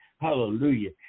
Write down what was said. hallelujah